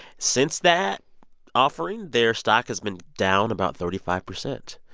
since that offering, their stock has been down about thirty five percent.